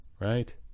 Right